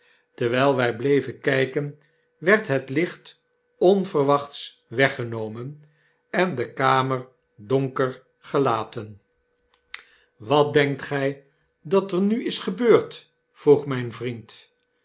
terwyl wy bleven kyken werd het licht onverwachts weggenomen en de kamer donker gelaten wat denkt gy dat ernu is gebeurd vroeg mijn vriend